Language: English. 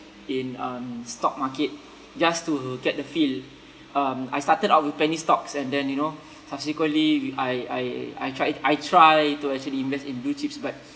in um stock market just to get the feel um I started out with penny stocks and then you know subsequently I I I tried I try to actually invest in blue chips but